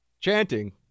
chanting